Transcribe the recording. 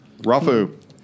Rafu